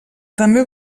també